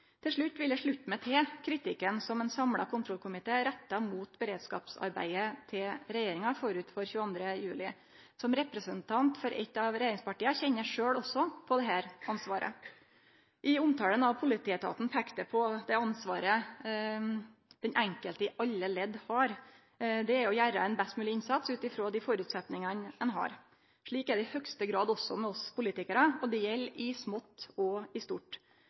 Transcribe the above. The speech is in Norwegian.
Til slutt vil eg slutte meg til kritikken som ein samla kontrollkomité rettar mot beredskapsarbeidet til regjeringa forut for 22. juli. Som representant for eitt av regjeringspartia kjenner eg sjølv også på dette ansvaret. I omtalen av politietaten peikte eg på det ansvaret den enkelte i alle ledd har. Det er å gjere ein best mogleg innsats ut frå dei føresetnadene ein har. Slik er det i høgste grad også med oss politikarar. Og det gjeld i smått og i stort.